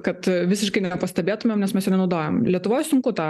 kad visiškai nepastebėtumėm nes mes jo nenaudojam lietuvoj sunku tą